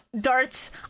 darts